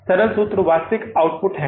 सरल सूत्र वास्तविक आउटपुट है